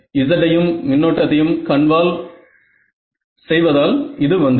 G யையும் மின்னோட்டத்தையும் convolve செய்வதால் இது வந்தது